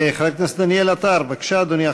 חבר הכנסת דניאל עטר, בבקשה, אדוני.